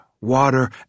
water